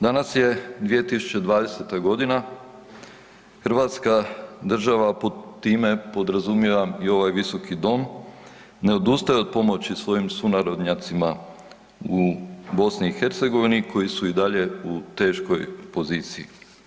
Danas je 2020. godina, Hrvatska država pod time podrazumijevam i ovaj visoki dom ne odustaje od pomoći svojim sunarodnjacima u BiH koji su i dalje u teškoj poziciji.